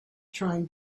trying